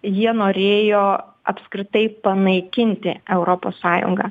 jie norėjo apskritai panaikinti europos sąjungą